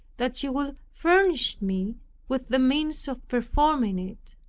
that he would furnish me with the means of performing it.